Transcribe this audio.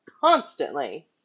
constantly